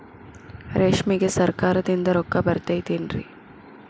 ರೇಷ್ಮೆಗೆ ಸರಕಾರದಿಂದ ರೊಕ್ಕ ಬರತೈತೇನ್ರಿ?